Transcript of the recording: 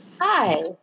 hi